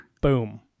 Boom